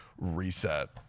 reset